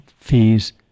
fees